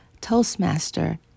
Toastmaster